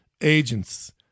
agents